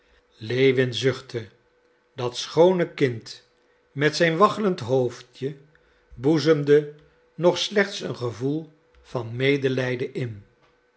lewin zuchtte dat schoone kind met zijn waggelend hoofdje boezemde nog slechts een gevoel van medelijden in